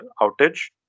outage